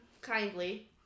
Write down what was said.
kindly